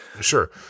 Sure